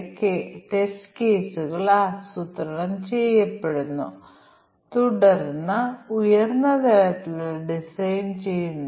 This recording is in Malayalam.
അതിനാൽ ഞങ്ങൾ തീരുമാന പട്ടികയെ പ്രതിനിധാനം ചെയ്യുന്നു തുടർന്ന് ഞങ്ങൾ ഓരോന്നും ഒരു ചട്ടമായി കണക്കാക്കുന്നു ഇത് ഞങ്ങളുടെ ടെസ്റ്റ് കേസ് ഉണ്ടാക്കുന്നു